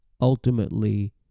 Ultimately